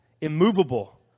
immovable